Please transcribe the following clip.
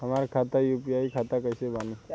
हमार खाता यू.पी.आई खाता कईसे बनी?